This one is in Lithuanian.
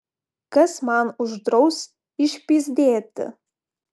kas man uždraus išpyzdėti